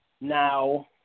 now